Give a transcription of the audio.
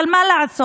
אבל מה לעשות,